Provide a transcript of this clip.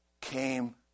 came